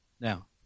Now